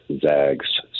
zags